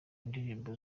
indirimbo